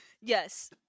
Yes